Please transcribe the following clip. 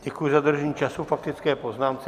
Děkuji za dodržení času k faktické poznámce.